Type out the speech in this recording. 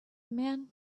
man